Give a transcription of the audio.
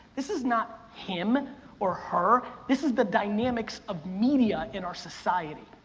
this is not him or her. this is the dynamics of media in our society.